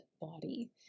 body